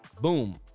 boom